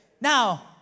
Now